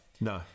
No